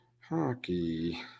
Hockey